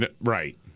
Right